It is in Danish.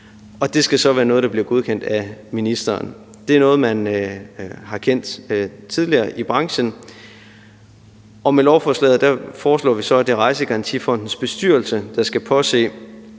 og det skal så være noget, der bliver godkendt af ministeren. Det er noget, man har kendt tidligere i branchen. Og med lovforslaget foreslår vi så, at det er Rejsegarantifondens bestyrelse, der skal påse,